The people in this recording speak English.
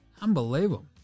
Unbelievable